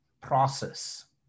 process